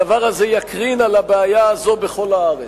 הדבר הזה יקרין על הבעיה הזאת בכל הארץ.